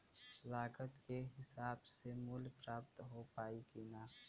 लागत के हिसाब से मूल्य प्राप्त हो पायी की ना?